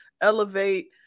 elevate